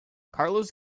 carlos